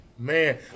Man